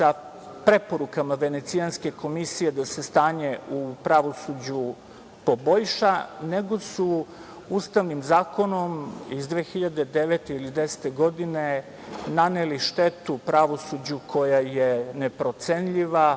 preporukama Venecijanske komisije da se stanje u pravosuđu poboljša, nego su Ustavnim zakonom iz 2009. ili 2010. godine naneli štetu pravosuđu koja je neprocenjiva,